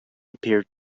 appeared